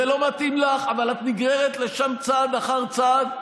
זה לא מתאים לך, אבל את נגררת לשם צעד אחר צעד.